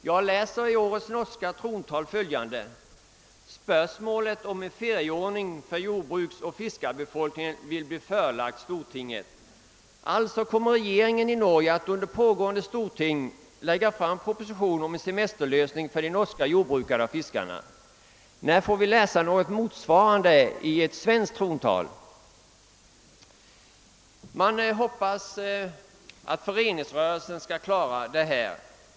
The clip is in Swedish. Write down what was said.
Jag läser i årets norska trontal »att spörsmålet om en ferieordning för jordbruksoch fiskarbefolkningen kommer att underställas stortinget.« Regeringen i Norge kommer med andra ord att under pågående stortingssession lägga fram proposition om semesterfrågans lösning för de norska jordbrukarna och fiskarna. När får vi läsa något motsvarande i ett svenskt trontal? Man hoppas att jordbrukets föreningsrörelsen skall klara saken.